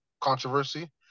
controversy